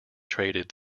traded